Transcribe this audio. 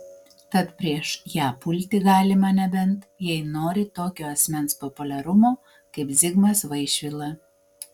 tad prieš ją pulti galima nebent jei nori tokio asmens populiarumo kaip zigmas vaišvila